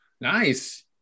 nice